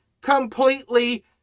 completely